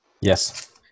Yes